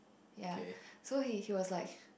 ya so he he was like